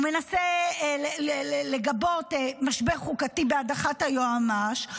הוא מנסה לגבות משבר חוקתי בהדחת היועמ"ש,